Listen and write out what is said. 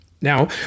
Now